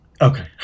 okay